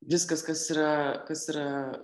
viskas kas yra kas yra